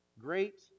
Great